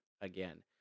again